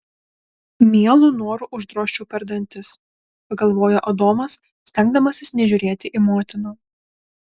mielu noru uždrožčiau per dantis pagalvojo adomas stengdamasis nežiūrėti į motiną